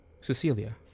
Cecilia